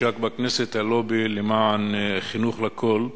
הושק בכנסת הלובי למען חינוך לכול.